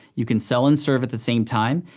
you can sell and serve at the same time,